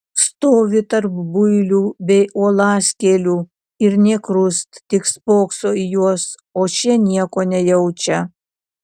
stovi tarp builių bei uolaskėlių ir nė krust tik spokso į juos o šie nieko nejaučia